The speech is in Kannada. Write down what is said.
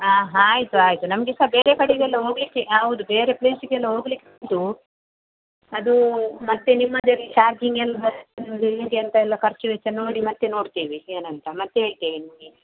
ಹಾಂ ಆಯ್ತು ಆಯಿತು ನಮಗೆ ಸಹ ಬೇರೆ ಕಡೆಗೆಲ್ಲ ಹೋಗಲಿಕ್ಕೆ ಹೌದು ಬೇರೆ ಪ್ಲೇಸಿಗೆಲ್ಲ ಹೋಗ್ಲಿಕ್ ಉಂಟು ಅದು ಮತ್ತೆ ನಿಮ್ಮಲ್ಲಿ ಚಾರ್ಜಿಂಗ್ ಎಲ್ಲ ಎಂತ ಎಲ್ಲ ಖರ್ಚು ವೆಚ್ಚ ನೋಡಿ ಮತ್ತೆ ನೋಡ್ತೇವೆ ಏನೂಂತ ಮತ್ತೆ ಹೇಳ್ತೇವೆ ನಿಮಗೆ